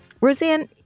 Roseanne